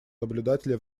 наблюдателя